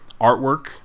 artwork